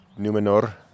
Numenor